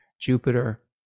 Jupiter